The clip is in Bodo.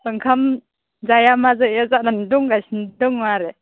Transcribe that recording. ओंखाम जाया मा जाया जानानै दंगासिनो दङ आरो